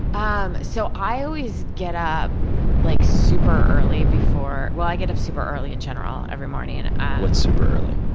um so, i always get up like super early before well, i get up super early in general every morning, and i what's super early?